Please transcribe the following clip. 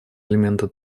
элементы